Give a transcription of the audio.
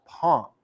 palm